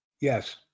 Yes